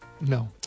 no